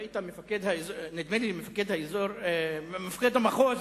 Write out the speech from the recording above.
ראית: מפקד המחוז